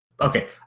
Okay